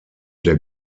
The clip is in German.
der